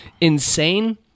insane